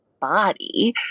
body